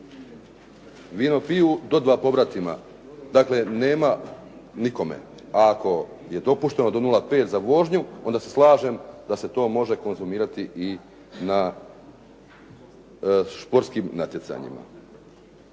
Vino piju do dva pobratima. Dakle, nema nikome, a ako je dopušteno do 0,5 za vožnju, onda se slažem da se to može konzumirati i na športskim natjecanjima.